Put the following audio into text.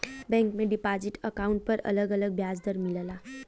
bank में deposit account पर अलग अलग ब्याज दर मिलला